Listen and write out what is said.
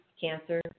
cancer